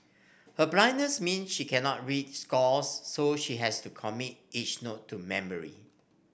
her blindness mean she cannot read scores so she has to commit each note to memory